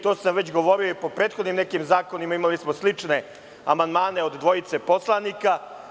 To sam već govorio i po prethodnim nekim zakonima, jer smo imali slične amandmane od dvojice poslanike.